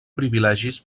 privilegis